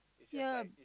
yea